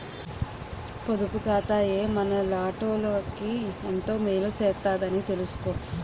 పొదుపు ఖాతాయే మనలాటోళ్ళకి ఎంతో మేలు సేత్తదని తెలిసుకో